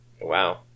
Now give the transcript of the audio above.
wow